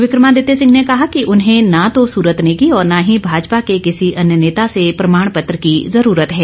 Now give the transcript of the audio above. विक्रमादित्य सिंह ने कहा कि उन्हें न तो सूरत नेगी और न ही भाजपा के किसी अन्य नेता से प्रमाण पत्र की जुरूरत है